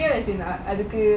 and then she was like